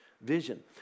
vision